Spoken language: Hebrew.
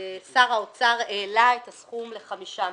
שר האוצר העלה את הסכום לחמישה מיליארד.